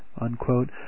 unquote